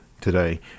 today